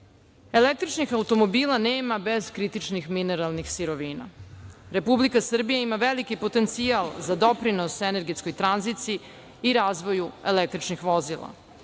Električnih automobila nema bez kritičnih mineralnih sirovina. Republika Srbija ima veliki potencijal za doprinos energetskoj tranziciji i razvoju električnih vozila.